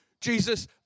Jesus